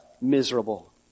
miserable